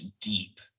deep